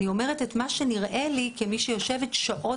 אני אומרת את מה שנראה לי כמי שיושבת שעות